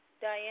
Diane